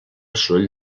soroll